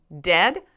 dead